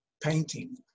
painting